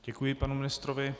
Děkuji panu ministrovi.